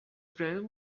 friend